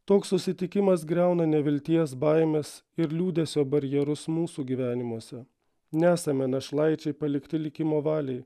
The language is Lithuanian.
toks susitikimas griauna nevilties baimės ir liūdesio barjerus mūsų gyvenimuose nesame našlaičiai palikti likimo valiai